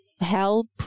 help